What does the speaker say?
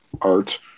art